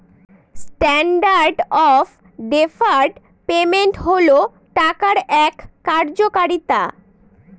standard of deferred payment হল টাকার এক কার্যকারিতা